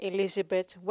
Elizabeth